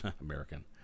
american